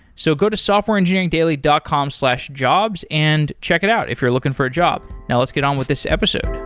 so go to softwareengineeringdaily dot com slash jobs and check it out if you're looking for a job. now let's get on with this episode.